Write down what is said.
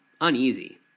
uneasy